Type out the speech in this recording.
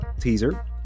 teaser